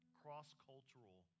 cross-cultural